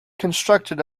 constructed